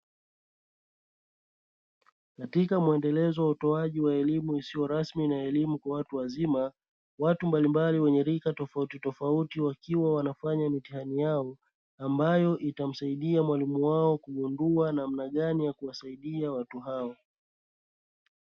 Katika muendelezo wa utoaji wa elimu isio rasmi na elimu kwa watu wazima, watu mbalimbali wenye rika tofautitofauti wakiwa wanafanya mitihani yao, ambayo itamsaidia mwalimu wao kugundua namna gani ya kuwasaidia watu hao.